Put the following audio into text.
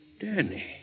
Danny